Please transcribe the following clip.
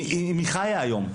מספיק אם היא חיה היום,